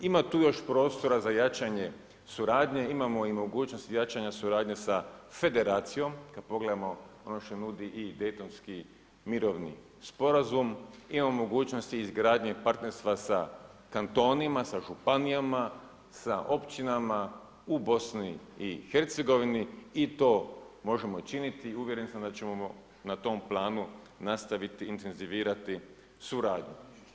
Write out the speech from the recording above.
Ima tu još prostora za jačanje suradnje, imamo i mogućnosti jačanja suradnje sa Federacijom, kad pogledamo ono što nudi i Daytonski mirovni sporazum, imamo mogućnost i izgradnje partnerstva sa kantonima, sa županijama, sa općinama u BiH-u i to možemo činiti, i uvjeren sam da ćemo na tom planu nastaviti intenzivirati suradnju.